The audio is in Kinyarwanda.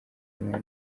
umwana